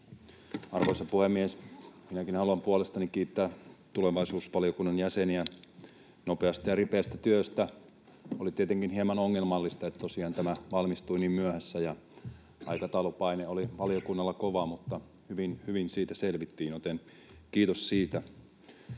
Arvoisa puhemies! Minäkin haluan puolestani kiittää tulevaisuusvaliokunnan jäseniä nopeasta ja ripeästä työstä. Oli tietenkin hieman ongelmallista, että tosiaan tämä valmistui niin myöhässä ja aikataulupaine oli valiokunnalla kova, mutta hyvin siitä selvittiin, joten kiitos siitä.